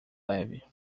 leve